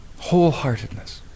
Wholeheartedness